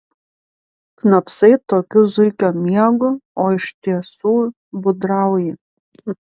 knapsai tokiu zuikio miegu o iš tiesų būdrauji